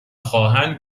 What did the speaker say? خواهند